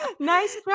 Nice